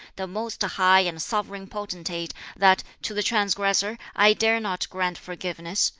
the most high and sovereign potentate, that to the transgressor i dare not grant forgiveness,